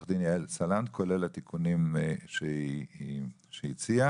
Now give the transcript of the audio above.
עורכת דין יעל סלנט, כולל התיקונים שהיא הציעה.